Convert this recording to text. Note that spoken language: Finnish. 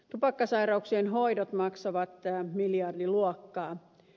tupakkasairauksien hoidot maksavat miljardiluokkaa